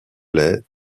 lait